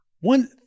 one